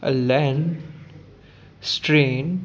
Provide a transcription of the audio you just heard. Al Ain strain